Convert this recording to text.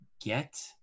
get